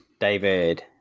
David